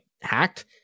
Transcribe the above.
hacked